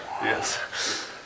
Yes